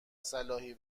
صلاحی